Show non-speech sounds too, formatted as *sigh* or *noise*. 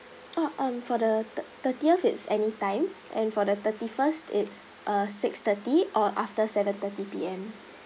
*noise* ah um for the thirt~ thirtieth it's anytime and for the thirty first it's uh six thirty or after seven thirty P_M